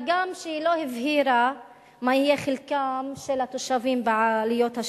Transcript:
מה גם שהיא לא הבהירה מה יהיה חלקם של התושבים בעלויות השיפוץ.